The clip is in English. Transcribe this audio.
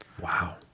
wow